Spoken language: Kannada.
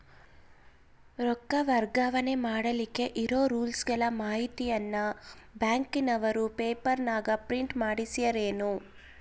ರೊಕ್ಕ ವರ್ಗಾವಣೆ ಮಾಡಿಲಿಕ್ಕೆ ಇರೋ ರೂಲ್ಸುಗಳ ಮಾಹಿತಿಯನ್ನ ಬ್ಯಾಂಕಿನವರು ಪೇಪರನಾಗ ಪ್ರಿಂಟ್ ಮಾಡಿಸ್ಯಾರೇನು?